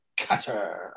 Cutter